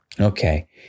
okay